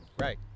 Right